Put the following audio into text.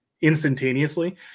instantaneously